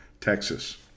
Texas